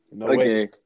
Okay